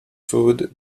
food